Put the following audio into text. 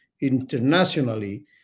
internationally